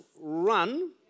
run